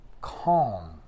calm